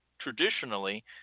traditionally